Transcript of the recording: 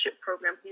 program